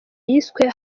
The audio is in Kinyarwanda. yiswe